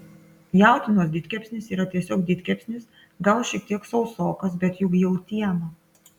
jautienos didkepsnis yra tiesiog didkepsnis gal šiek tiek sausokas bet juk jautiena